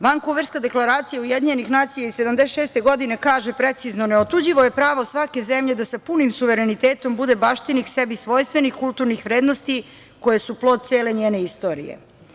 Vankuverska deklaracija UN iz 1976. godine kaže precizno: „Neotuđivo je pravo svake zemlje da sa punim suverenitetom bude baštinik sebi svojstvenih kulturnih vrednosti koje su plod cele njene istorije“